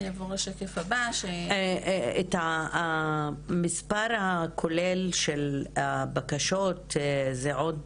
את המספר הכולל של הבקשות זה עוד,